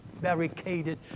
barricaded